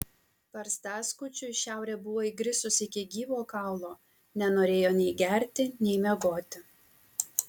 barzdaskučiui šiaurė buvo įgrisusi iki gyvo kaulo nenorėjo nei gerti nei miegoti